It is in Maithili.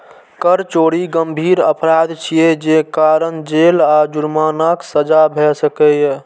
कर चोरी गंभीर अपराध छियै, जे कारण जेल आ जुर्मानाक सजा भए सकैए